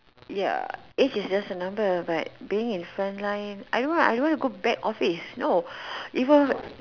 ya age is just a number but being in front like no I don't want to be in back office no even if